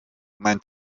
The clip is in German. mein